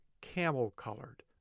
camel-colored